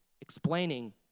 explaining